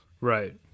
Right